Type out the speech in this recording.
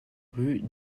rue